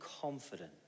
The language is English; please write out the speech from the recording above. confident